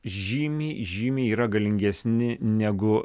žymiai žymiai yra galingesni negu